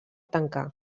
tancar